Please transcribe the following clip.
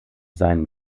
seinem